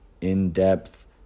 in-depth